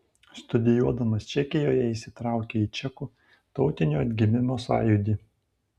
studijuodamas čekijoje įsitraukė į čekų tautinio atgimimo sąjūdį